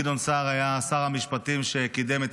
גדעון סער היה שר המשפטים שקידם את